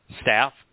staff